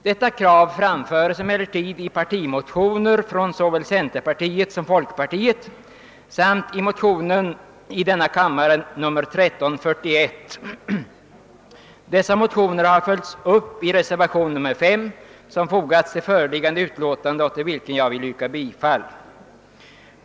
Detta krav framföres i partimotioner från såväl centerpartiet som folkpartiet samt i motions paret I: 1152 och II: 1341. Dessa motioner har följts upp i reservationen 5 vid statsutskottets utlåtande nr 103, och jag ber att få yrka bifall till densamma.